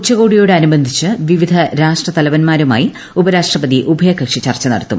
ഉച്ചകോടിയോട് അനുബന്ധിച്ച് വിവിധ രാഷ്ട്രത്തലവന്മാരുമായി ഉപരാഷ്ട്രപതി ഉഭയകക്ഷി ചർച്ച നടത്തും